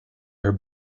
her